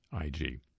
IG